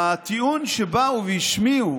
הטיעון שבאו והשמיעו